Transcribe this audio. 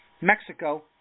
Mexico